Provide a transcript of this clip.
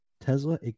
Tesla